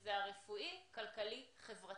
שזה הרפואי, כלכלי, חברתי.